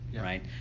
right